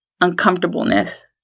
uncomfortableness